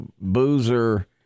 Boozer